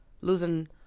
losing